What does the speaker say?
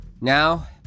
Now